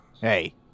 Hey